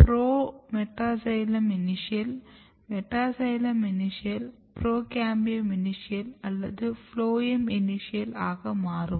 புரோமெட்டாசைலம் initial metaxylem initial procambium initial அல்லது phloem initial ஆக மாறும்